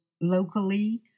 locally